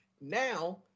Now